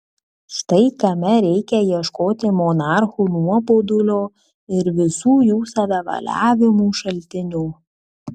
štai kame reikia ieškoti monarchų nuobodulio ir visų jų savivaliavimų šaltinio